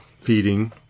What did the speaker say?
feeding